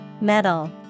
Metal